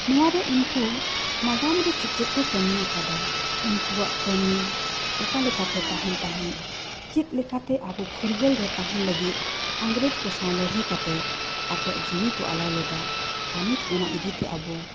ᱱᱚᱣᱟ ᱨᱮ ᱩᱱᱠᱩ ᱱᱟᱜᱟᱢᱨᱮ ᱪᱮᱫ ᱪᱮᱫ ᱠᱚ ᱠᱟᱹᱢᱤ ᱟᱠᱟᱫᱟ ᱩᱱᱠᱩᱣᱟᱜ ᱠᱟᱹᱢᱤ ᱚᱠᱟ ᱞᱮᱠᱟ ᱠᱚ ᱛᱟᱦᱮᱱ ᱛᱟᱦᱮᱸᱫ ᱪᱮᱫ ᱞᱮᱠᱟᱛᱮ ᱟᱵᱚ ᱯᱷᱩᱨᱜᱟᱹᱞ ᱨᱮ ᱛᱟᱦᱮᱱ ᱞᱟᱹᱜᱤᱫ ᱤᱝᱜᱽᱨᱮᱡᱽ ᱠᱚ ᱥᱟᱶ ᱞᱟᱹᱲᱦᱟᱹᱭ ᱠᱟᱛᱮᱫ ᱟᱠᱚᱣᱟᱜ ᱡᱤᱣᱤ ᱠᱚ ᱟᱞᱟᱭ ᱞᱮᱫᱟ ᱟᱨ ᱱᱤᱛ ᱚᱱᱟ ᱤᱫᱤ ᱠᱟᱛᱮᱫ ᱟᱵᱚ